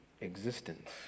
existence